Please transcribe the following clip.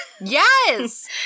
Yes